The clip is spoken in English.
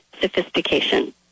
sophistication